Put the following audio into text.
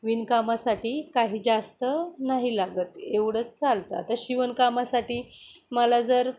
विणकामासाठी काही जास्त नाही लागत एवढंच चालतं आता शिवणकामासाठी मला जर